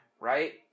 right